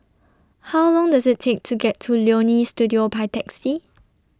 How Long Does IT Take to get to Leonie Studio By Taxi